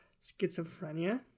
schizophrenia